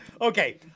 Okay